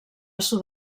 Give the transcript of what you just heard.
sud